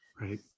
Right